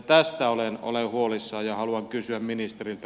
tästä olen huolissani ja haluan kysyä ministeriltä